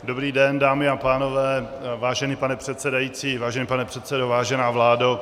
Dobrý den, dámy a pánové, vážený pane předsedající, vážený pane předsedo, vážená vládo.